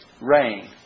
rain